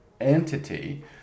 entity